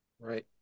Right